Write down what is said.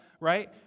right